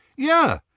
Yeah